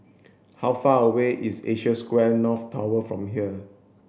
how far away is Asia Square North Tower from here